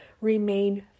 remain